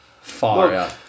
fire